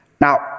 Now